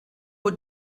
who